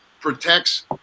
protects